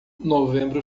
novembro